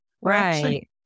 right